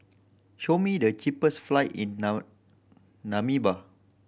show me the cheapest flight in Namibia